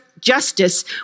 justice